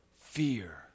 fear